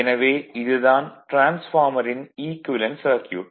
எனவே இது தான் டிரான்ஸ்பார்மரின் ஈக்குவேலன்ட் சர்க்யூட்